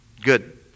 good